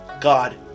God